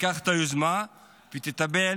תיקח את היוזמה ותטפל